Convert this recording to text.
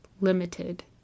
limited